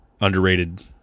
underrated